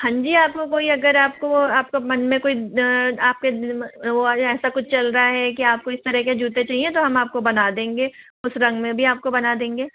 हाँ जी आपको कोई अगर आपको आपका मन में कोई आपके वह ऐसा कुछ चल रहा है कि आपको इस तरह के जूते चाहिए तो हम आपको बना देंगे उसे रंग में भी आपको बना देंगे